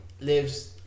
lives